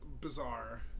Bizarre